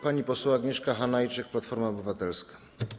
Pani poseł Agnieszka Hanajczyk, Platforma Obywatelska.